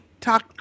talk